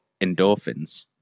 endorphins